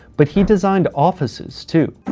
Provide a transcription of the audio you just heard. but he designed offices too.